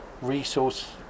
resource